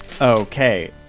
Okay